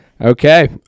Okay